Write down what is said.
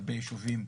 הרבה יישובים,